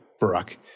Barack